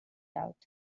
out